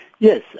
Yes